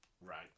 Right